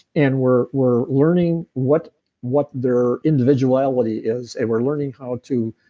and we're we're learning what what their individuality is, and we're learning how to.